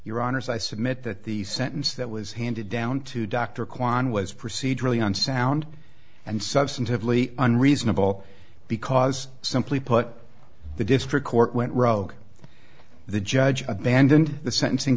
your honour's i submit that the sentence that was handed down to dr kwan was procedurally unsound and substantively unreasonable because simply put the district court went rogue the judge abandoned the sentencing